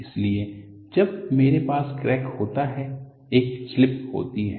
इसलिए जब मेरे पास क्रैक होता है एक स्लिप होती है